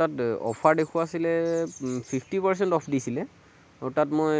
তাত অফাৰ দেখুওৱা আছিলে ফিফটি পাৰচেণ্ট অফ দিছিলে আৰু তাত মই